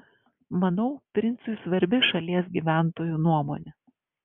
manau princui svarbi šalies gyventojų nuomonė